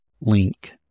link